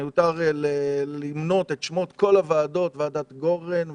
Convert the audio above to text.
מיותר למנות את שמות כל הוועדות ועדת גורן,